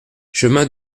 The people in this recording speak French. chemin